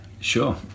Sure